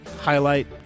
highlight